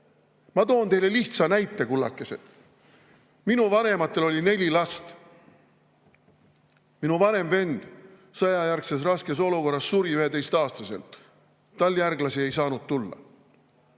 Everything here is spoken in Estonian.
Ma toon teile lihtsa näite, kullakesed. Minu vanematel oli neli last. Minu vanem vend sõjajärgses raskes olukorras suri 11‑aastaselt. Tal järglasi ei saanud tulla.